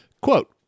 Quote